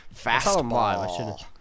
fastball